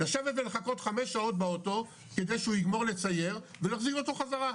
לשבת ולחכות חמש שעות באוטו כדי שהוא יגמור לצייר ולהחזיר אותו חזרה.